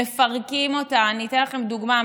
מפרקים אותה, אני אתן לכם דוגמה.